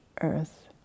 earth